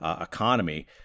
economy